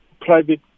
private